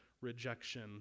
rejection